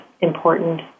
important